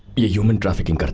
yeah human trafficking. but